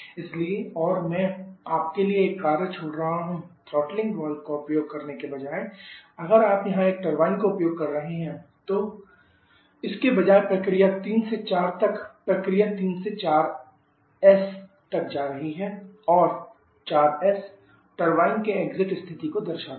इसलिए और मैं आपके लिए एक कार्य छोड़ रहा हूं थ्रॉटलिंग वाल्व का उपयोग करने के बजाय अगर आप यहां एक टरबाइन का उपयोग कर रहे हैं तो इसके बजाय प्रक्रिया 3 से 4 तक प्रक्रिया 3 से 4s तक जा रही है जहां 4s टरबाइन के एक्जिट स्थिति को दर्शाता है